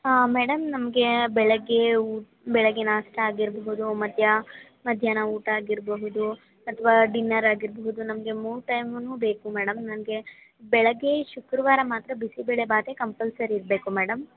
madam ನಮಗೆ ಬೆಳಗ್ಗೆ ಊಟ ಬೆಳಗ್ಗೆ ನಾಷ್ಟಾ ಆಗಿರಬಹುದು ಮದ್ಯ ಮಧ್ಯಾಹ್ನ ಊಟ ಆಗಿರಬಹುದು ಅಥವಾ ಡಿನ್ನರ್ ಆಗಿರಬಹುದು ನಮಗೆ ಮೂರು ಟೈಮು ಬೇಕು ಮೇಡಮ್ ನಮಗೆ ಬೆಳಗ್ಗೆ ಶುಕ್ರವಾರ ಮಾತ್ರ ಬಿಸಿಬೇಳೆಬಾತೇ ಕಂಪಲ್ಸರಿ ಇರಬೇಕು ಮೇಡಮ್